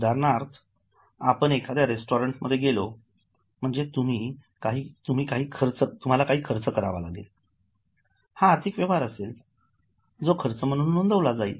उदाहरणार्थ आपण बाहेर एखाद्या रेस्टॉरंट मध्ये गेलो म्हणजे तुम्ही काही खर्च करावा लागेल हा आर्थिक व्यवहार असेलजो खर्च म्हणून नोंदविला जाईल